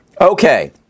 Okay